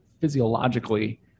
physiologically